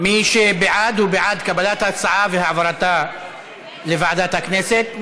מי שבעד הוא בעד קבלת ההצעה והעברתה לוועדת הכנסת.